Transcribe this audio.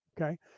Okay